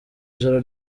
ijoro